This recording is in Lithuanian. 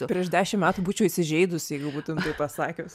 prieš dešim metų būčiau įsižeidus jeigu būtum taip pasakius